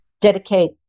dedicate